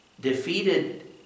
defeated